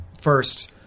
first